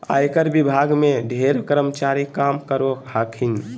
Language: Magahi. आयकर विभाग में ढेर कर्मचारी काम करो हखिन